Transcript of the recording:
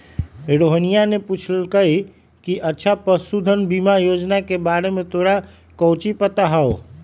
रोहिनीया ने पूछल कई कि अच्छा पशुधन बीमा योजना के बारे में तोरा काउची पता हाउ?